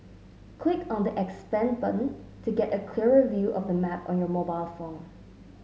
click on the expand button to get a clearer view of the map on your mobile phone